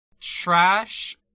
Trash